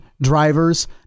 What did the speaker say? drivers